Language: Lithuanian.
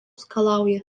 skalauja